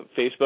Facebook